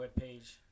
webpage